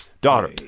daughter